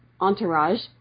entourage